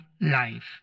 life